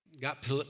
Got